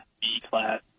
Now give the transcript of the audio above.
B-class